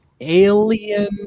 alien